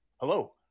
Hello